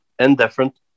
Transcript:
Indifferent